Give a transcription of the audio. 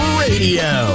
radio